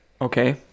Okay